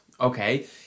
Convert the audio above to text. okay